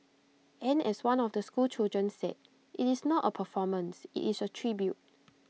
and as one of the schoolchildren said IT is not A performance IT is A tribute